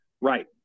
Right